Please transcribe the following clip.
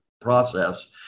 process